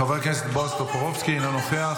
חבר הכנסת בועז טופורובסקי, אינו נוכח.